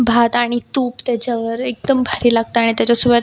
भात आणि तूप त्याच्यावर एकदम भारी लागतं आणि त्याच्यासोबत